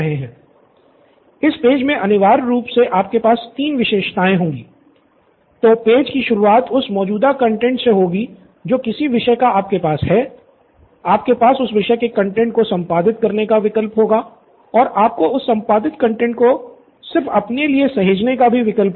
student Nithin इस page मे अनिवार्य रूप से आपके पास तीन विशेषताएँ होंगी तो पेज कि शुरुआत उस मौजूदा कंटैंट से होगी जो किसी विषय का आपके पास है आपके पास उस विषय के कंटैंट को संपादित करने का विकल्प होगा और आपको उस संपादित कंटैंट को सिर्फ अपने लिए सहेजने का भी विकल्प होगा